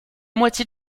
moitié